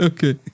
Okay